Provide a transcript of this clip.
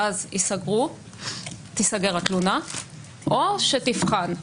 ואז תיסגר התלונה או שתבחן.